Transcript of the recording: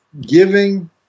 Giving